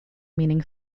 meaning